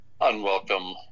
Unwelcome